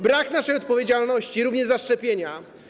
Brak naszej odpowiedzialności również za szczepienia.